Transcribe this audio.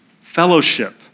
Fellowship